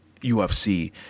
UFC